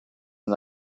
and